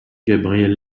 gabriel